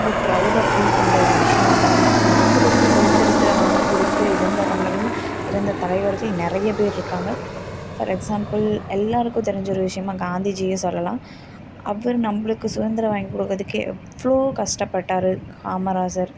ரொம்ப ப்ரவுடாக ஃபீல் பண்ணுற ஒரு விஷயம் அதெல்லாம் நம்மளுக்கு சுதந்திரத்தை வாங்கிக் கொடுத்து இறந்தவங்கள்ன்னு இறந்த தலைவர்கள் நெறைய பேர் இருக்காங்க ஃபார் எக்ஸ்சாம்பிள் எல்லோருக்கும் தெரிஞ்ச ஒரு விஷயமாக காந்திஜியை சொல்லலாம் அவர் நம்மளுக்கு சுதந்திரம் வாங்கி கொடுக்கிறதுக்கே அவ்வளோ கஷ்டப்பட்டார் காமராசர்